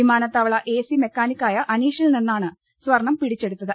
വിമാനത്താവള എസി മെക്കാനിക്കായ അനീഷിൽ നിന്നാണ് സ്വർണം പിടിച്ചെടുത്തത്